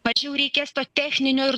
tačiau reikės to techninio ir